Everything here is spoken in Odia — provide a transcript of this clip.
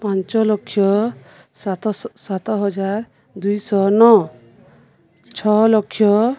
ପାଞ୍ଚ ଲକ୍ଷ ସାତ ହଜାର ଦୁଇଶହ ନଅ ଛଅ ଲକ୍ଷ